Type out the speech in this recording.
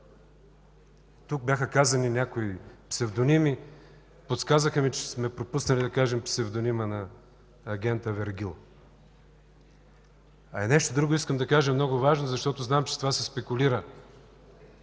Тук бяха казани някои псевдоними, подсказаха ми, че сме пропуснали да кажем псевдонима на агента Вергил. Искам да кажа и нещо друго, много важно, защото знам, че с това се спекулира